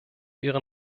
ihre